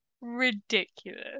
ridiculous